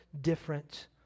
different